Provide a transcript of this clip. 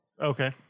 Okay